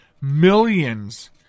millions